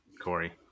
Corey